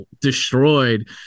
destroyed